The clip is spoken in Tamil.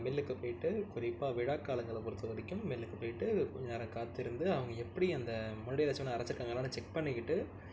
மில்லுக்கு போய்ட்டு குறிப்பாக விழாக்காலங்களை பொறுத்தவரைக்கும் மில்லுக்கு போயிட்டு கொஞ்ச நேரம் காத்திருந்து அவங்க எப்படி அந்த முன்னாடி எதாச்சும் ஒன்று அரைச்சிருக்காங்களானு செக் பண்ணிக்கிட்டு